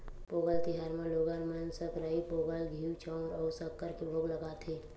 पोंगल तिहार म लोगन मन सकरई पोंगल, घींव, चउर अउ सक्कर के भोग लगाथे